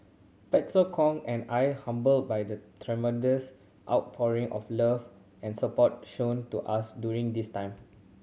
Pastor Kong and I humbled by the tremendous outpouring of love and support shown to us during this time